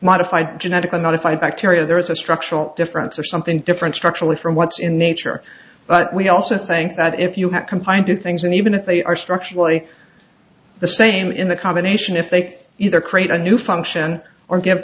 modified genetically modified bacteria there is a structural difference or something different structurally from what's in the nature but we also think that if you have combined two things and even if they are structurally the same in the combination if they either create a new function or get